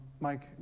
Mike